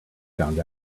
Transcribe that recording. found